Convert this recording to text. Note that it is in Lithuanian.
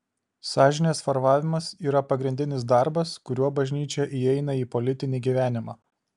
sąžinės formavimas yra pagrindinis darbas kuriuo bažnyčia įeina į politinį gyvenimą